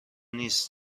نیست